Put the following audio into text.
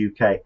UK